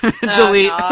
delete